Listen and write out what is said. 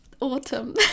autumn